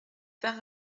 faire